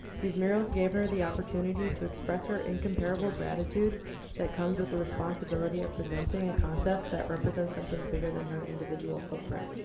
these murals gave her the opportunity to express her incomparable gratitude that comes with the responsibility of presenting a concept that represents something bigger than her individual footprint.